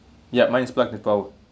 yup mine is black and br~